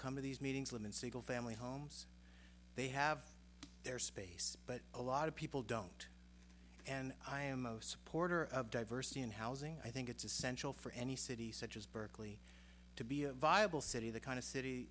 come to these meetings live in single family homes they have their space but a lot of people don't and i am a supporter of diversity in housing i think it's essential for any city such as berkeley to be a viable city the kind of city